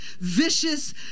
vicious